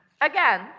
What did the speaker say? again